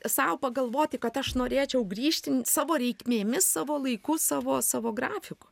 sau pagalvoti kad aš norėčiau grįžti savo reikmėmis savo laiku savo savo grafiku